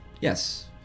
yes